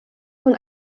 von